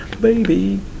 baby